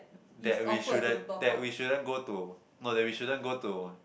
that we shouldn't that we shouldn't go to or that we shouldn't go to